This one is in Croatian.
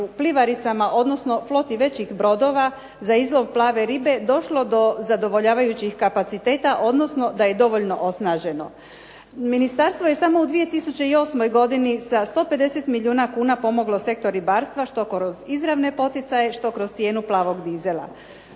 pivaricama, odnosno floti većih brodova za izlov plave ribe, došlo do zadovoljavajućih kapaciteta odnosno da je dovoljno osnaženo. Ministarstvo je samo u 2008. godini sa 100 milijuna kuna pomoglo sektor ribarstva, što kroz izravne poticaje što kroz cijenu plavog dizela,